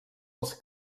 els